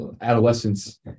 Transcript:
adolescence